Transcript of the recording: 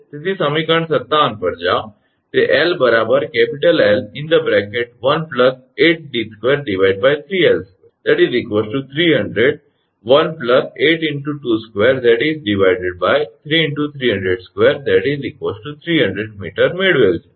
તેથી તમે સમીકરણ 57 પર જાઓ તે 𝑙 𝐿1 8𝑑2 3𝐿2 3001 8 × 22 3×3002 300 𝑚 મેળવેલ છે